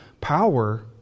power